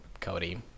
Cody